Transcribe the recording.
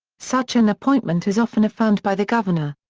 such an appointment is often affirmed by the governor.